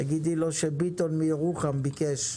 תגידי לו שביטון מירוחם ביקש,